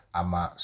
ama